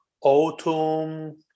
autumn